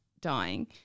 dying